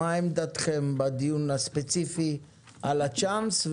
מה עמדתכם בדיון הספציפי על הצ'אנס,